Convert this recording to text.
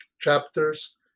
chapters